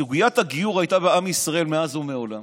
סוגיית הגיור הייתה בעם ישראל מאז ומעולם.